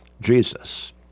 Jesus